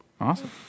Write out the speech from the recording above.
Awesome